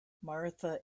martha